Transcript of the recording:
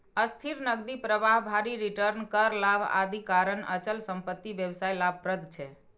स्थिर नकदी प्रवाह, भारी रिटर्न, कर लाभ, आदिक कारण अचल संपत्ति व्यवसाय लाभप्रद छै